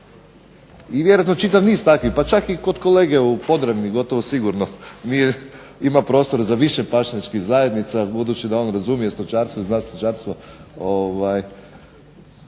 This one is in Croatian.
i vjerojatno čitav niz takvih, kod kolege u Podravini gotovo sigurno ima prostora za više pašnjačkih zajednica budući da on razumije stočarstvo i zna stočarstvo